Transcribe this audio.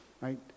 right